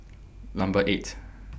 Number eight